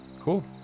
cool